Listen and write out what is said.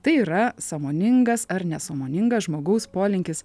tai yra sąmoningas ar nesąmoningas žmogaus polinkis